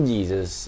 Jesus